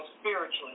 spiritually